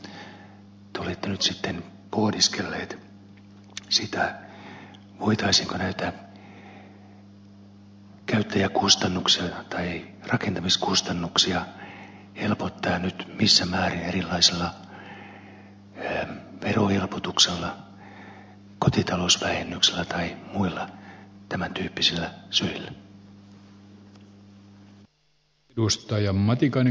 missä määrin te olette nyt sitten pohdiskelleet sitä voitaisiinko näitä käyttäjäkustannuksia tai rakentamiskustannuksia helpottaa nyt ja missä määrin erilaisilla verohelpotuksilla kotitalousvähennyksillä tai muilla tämän tyyppisillä syillä